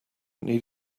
need